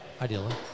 Ideally